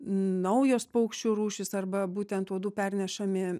naujos paukščių rūšys arba būtent uodų pernešami